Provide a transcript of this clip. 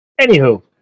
anywho